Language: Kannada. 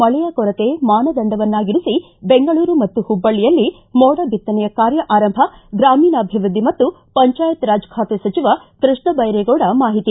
ಮಳೆಯ ಕೊರತೆ ಮಾನದಂಡವನ್ನಾಗಿರಿಸಿ ಬೆಂಗಳೂರು ಮತ್ತು ಹುಬ್ಬಳ್ಳಿಯಲ್ಲಿ ಮೋಡ ಬಿತ್ತನೆಯ ಕಾರ್ಯ ಆರಂಭ ಗ್ರಾಮೀಣಾಭಿವೃದ್ಧಿ ಮತ್ತು ಪಂಚಾಯತ್ ರಾಜ್ ಖಾತೆ ಸಚಿವ ಕೃಷ್ಣ ಬೈರೇಗೌಡ ಮಾಹಿತಿ